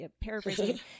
Paraphrasing